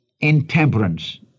intemperance